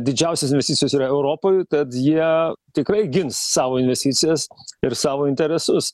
didžiausios investicijos yra europoj tad jie tikrai gins savo investicijas ir savo interesus